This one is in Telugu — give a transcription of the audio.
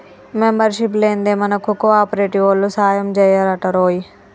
మెంబర్షిప్ లేందే మనకు కోఆపరేటివోల్లు సాయంజెయ్యరటరోయ్